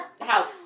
house